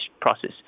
process